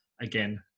again